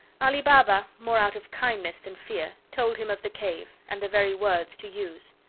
ali baba, more out of kindness than fear, told him of the cave, and the very words to use.